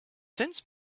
since